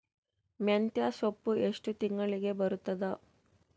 ಮೆಂತ್ಯ ಸೊಪ್ಪು ಎಷ್ಟು ತಿಂಗಳಿಗೆ ಬರುತ್ತದ?